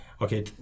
okay